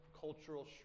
cultural